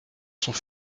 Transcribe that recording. sont